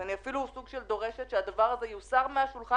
ואני אפילו דורשת שהדבר הזה יוסר על השולחן.